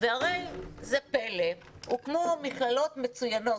וראה זה פלא, הוקמו מכללות מצוינות.